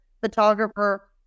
photographer